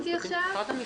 אתייחס לכל אחת מהן.